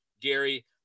Gary